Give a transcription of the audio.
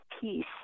peace